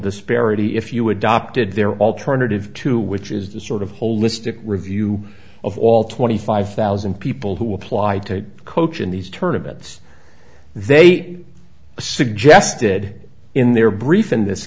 disparity if you adopted their alternative to which is the sort of holistic review of all twenty five thousand people who applied to cochin these tournaments they suggested in their brief in this